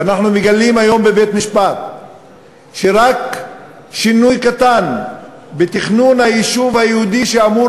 ואנחנו מגלים היום בבית-משפט שרק שינוי קטן בתכנון היישוב היהודי שאמור